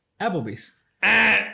Applebee's